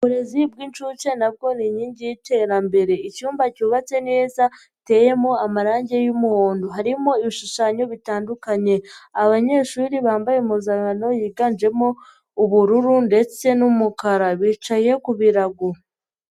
Uburezi bw'inshuke na bwo ni inkingi y'iterambere, icyumba cyubatse neza giteyemo amarangi y'umuhondo, harimo ibishushanyo bitandukanye, abanyeshuri bambaye impuzankano yiganjemo ubururu ndetse n'umukara bicaye ku birago.